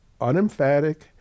unemphatic